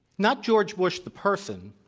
not george bush the person,